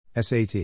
SAT